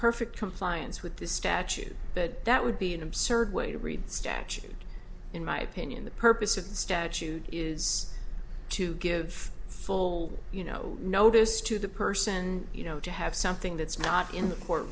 perfect compliance with the statute but that would be an absurd way to read statute in my opinion the purpose of the statute is to give full you know notice to the person you know to have something that's not in the court